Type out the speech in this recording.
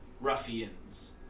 ruffians